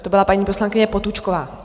To byla paní poslankyně Potůčková.